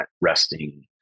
resting